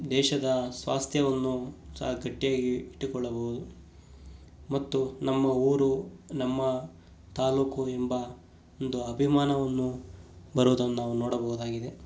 ದೇಶದ ಸ್ವಾಸ್ಥ್ಯವನ್ನು ಸಹ ಗಟ್ಟಿಯಾಗಿ ಇಟ್ಟುಕೊಳ್ಳಬೋದು ಮತ್ತು ನಮ್ಮ ಊರು ನಮ್ಮ ತಾಲೂಕು ಎಂಬ ಒಂದು ಅಭಿಮಾನವನ್ನು ಬರುವುದನ್ನು ನಾವು ನೋಡಬೋದಾಗಿದೆ